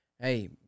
Hey